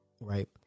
Right